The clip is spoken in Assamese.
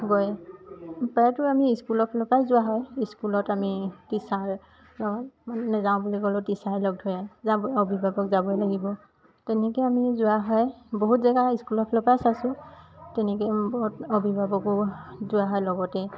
গৈ প্ৰায়তো আমি স্কুলৰ ফালৰ পৰাই যোৱা হয় স্কুলত আমি টিচাৰ লগত মানে যাওঁ বুলি টিচাৰে লগ ধৰে যাব অভিভাৱক যাবই লাগিব তেনেকে আমি যোৱা হয় বহুত জেগা স্কুলৰ ফালৰ পৰাই চাইছোঁ তেনেকে বহুত অভিভাৱকো যোৱা হয় লগতে